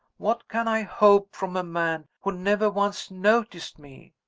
what can i hope from a man who never once noticed me?